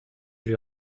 lui